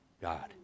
God